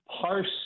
parse